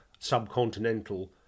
subcontinental